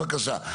בבקשה.